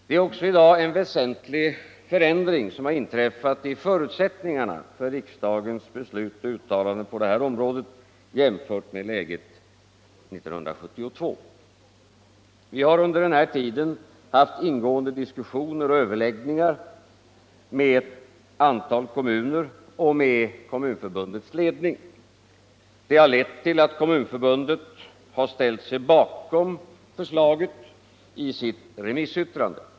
Det är i dag också en väsentlig förändring som inträffat i förutsättningarna för riksdagens beslut och uttalanden på det här området jämfört med läget 1972. Vi har under den här tiden haft ingående diskussioner och överläggningar med ett antal kommuner och med Kommunförbundets ledning. De har lett till att Kommunförbundet har ställt sig bakom förslaget i sitt remissyttrande.